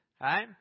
Right